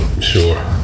Sure